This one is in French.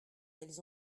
elles